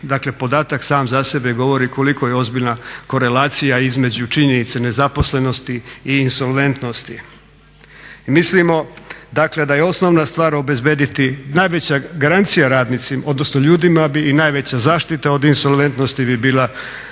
dakle podatak sam za sebe govori koliko je ozbiljna korelacija između činjenice nezaposlenosti i insolventnosti. Mislimo dakle da je osnovna stvar osigurati, najveća garancija radnicima, odnosno ljudima bi i najveća zaštita od insolventnosti bi bila mogućnost